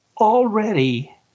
Already